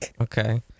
Okay